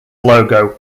logo